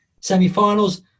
Semi-finals